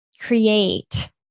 create